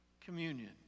communion